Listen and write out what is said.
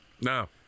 No